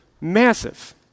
massive